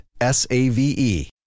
S-A-V-E